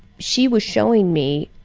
she was showing me,